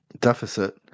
deficit